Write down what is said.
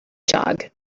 jog